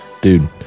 dude